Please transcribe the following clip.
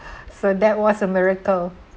so that was a miracle